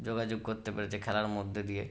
যোগাযোগ করতে পেরেছে খেলার মধ্যে দিয়ে